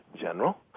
general